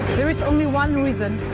there is only one reason.